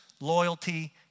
loyalty